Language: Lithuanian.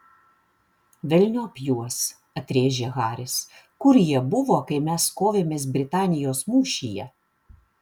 velniop juos atrėžė haris kur jie buvo kai mes kovėmės britanijos mūšyje